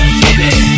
baby